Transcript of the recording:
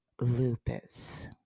lupus